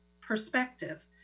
perspective